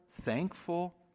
thankful